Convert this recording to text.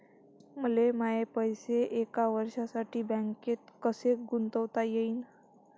मले माये पैसे एक वर्षासाठी बँकेत कसे गुंतवता येईन?